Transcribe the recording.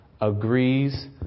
agrees